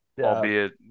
albeit